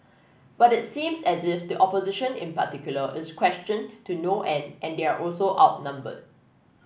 but it seems as if the opposition in particular is questioned to no end and they're also outnumbered